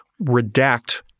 Redact